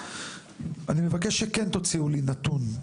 אני מבקש שכן תוציאו לי נתון.